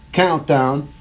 countdown